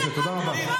תודה רבה.